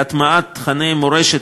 להטמעת תוכני מורשת,